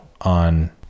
on